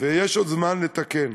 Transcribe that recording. יש עוד זמן לתקן.